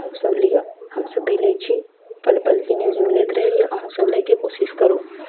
अहुँ सब लिय हमसब भी लै छी पल पलके न्यूज मिलैत रहइए अहुँ सब लैकेँ कोशिश करु